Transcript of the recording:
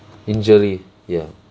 injury ya